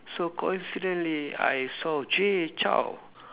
so coincidentally I saw Jay Chou